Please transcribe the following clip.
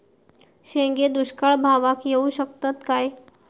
शेंगे दुष्काळ भागाक येऊ शकतत काय?